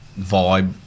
vibe